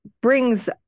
brings